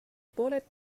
bullet